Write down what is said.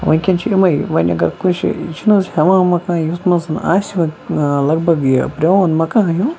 وٕنکٮ۪ن چھِ اِمَے وۄنۍ اگر کُنہِ شَے یہِ چھِ نہ حظ ہٮ۪وان وٮ۪وان کانٛہہ یُتھ مان ژٕ آسہِ وۄنۍ لگ بگ یہِ پرٛون مکان ہیوٗ